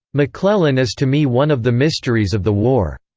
mcclellan is to me one of the mysteries of the war.